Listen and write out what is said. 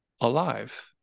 alive